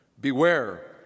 Beware